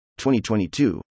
2022